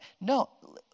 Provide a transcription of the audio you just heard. No